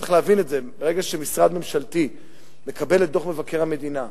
צריך להבין את זה: ברגע שמשרד ממשלתי מקבל את דוח מבקר המדינה,